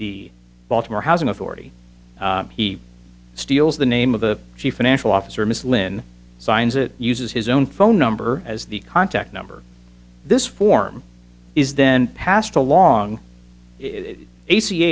the baltimore housing authority he steals the name of the chief financial officer ms lin signs it uses his own phone number as the contact number this form is then passed along a c